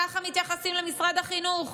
ככה מתייחסים למשרד החינוך.